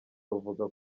ruvuga